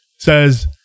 says